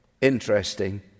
interesting